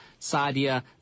sadia